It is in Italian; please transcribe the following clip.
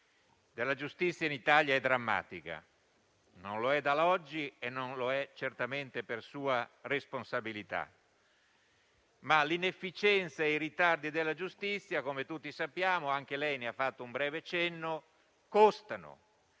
giustizia in Italia è drammatica. Non lo è da oggi e non lo è certamente per sua responsabilità, ma l'inefficienza e i ritardi della giustizia, come tutti sappiamo (anche lei vi ha fatto un breve cenno), costano